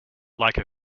like